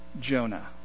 Jonah